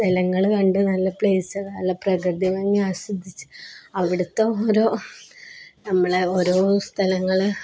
സ്ഥലങ്ങള് കണ്ട് നല്ല പ്ലേസ് നല്ല പ്രകൃതിഭംഗി ആസ്വദിച്ച് അവിടുത്തെ ഓരോ നമ്മുടെ ഓരോ സ്ഥലങ്ങള്